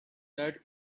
that